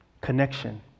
connection